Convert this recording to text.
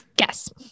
yes